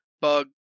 Bug